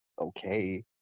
okay